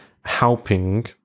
helping